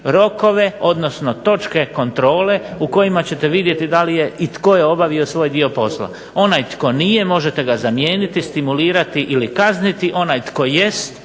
rokove odnosno točke kontrole u kojima ćete vidjeti da li je i tko je obavio svoj dio posla. Onaj tko nije možete ga zamijeniti, stimulirati ili kazniti, onaj tko jest